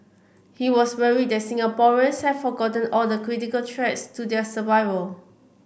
he was worried that Singaporeans have forgotten all the critical threats to their survival